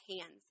hands